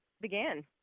began